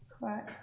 Right